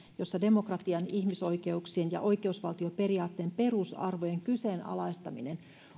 jossa demokratian ihmisoikeuksien ja oikeusvaltioperiaatteen perusarvojen kyseenalaistaminen